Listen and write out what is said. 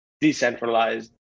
decentralized